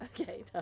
okay